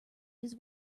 his